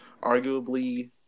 arguably